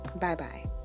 Bye-bye